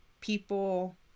people